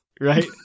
Right